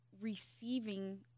receiving